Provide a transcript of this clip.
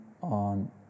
on